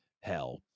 hell